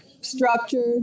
structured